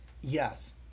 Yes